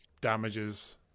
damages